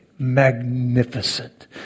magnificent